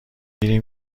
میریم